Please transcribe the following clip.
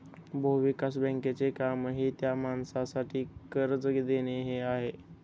भूविकास बँकेचे कामही त्या माणसासाठी कर्ज देणे हे आहे